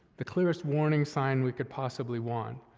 the clearest warning sign we could possibly want,